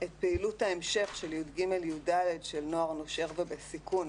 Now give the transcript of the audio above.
את פעילות ההמשך של י"ג-י"ד של נוער נושר בסיכון,